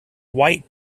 white